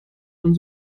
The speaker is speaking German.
von